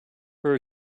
her